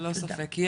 ללא ספק.